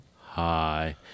Hi